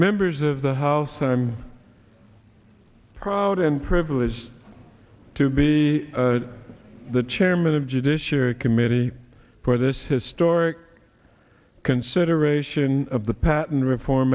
members of the house i'm proud and privileged to be the chairman of judiciary committee for this historic consideration of the patent reform